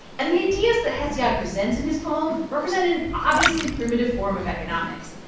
and the ideas that hesiod presents in his poem represent an obviously primitive form of economics.